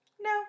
no